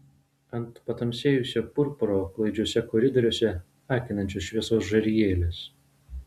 ant patamsėjusio purpuro klaidžiuose koridoriuose akinančios šviesos žarijėlės